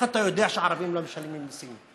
איך אתה יודע שהערבים לא משלמים מיסים?